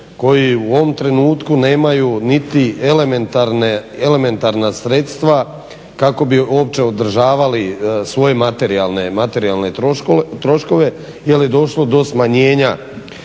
koje u ovom trenutku nemaju niti elementarna sredstva kako bi uopće održavali svoje materijalne troškove jer je došlo do smanjenja